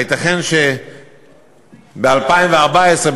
הייתכן שב-2014,